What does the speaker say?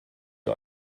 you